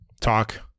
talk